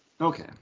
okay